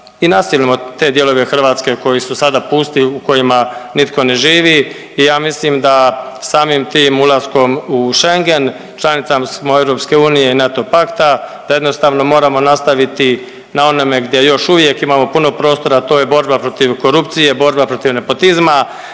i naselimo te dijelove Hrvatske koji su sada pusti, u kojima nitko ne živi i ja mislim da samim tim ulaskom u Schengen članicama smo EU i NATO pakta, da jednostavno moramo nastaviti na onome gdje još uvijek imamo puno prostora, a to je borba protiv korupcije, borba protiv nepotizma,